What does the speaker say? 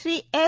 Shri S